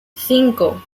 cinco